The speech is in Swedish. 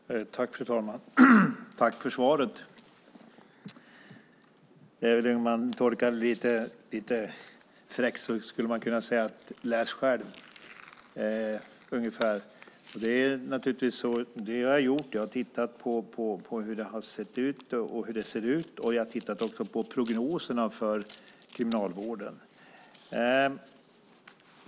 Fru talman! Tack för svaret! Om man tolkar det lite fräckt skulle man kunna säga: Läs själv! Jag har tittat på hur det har sett ut och hur det ser ut. Jag har också tittat på prognoserna för Kriminalvården.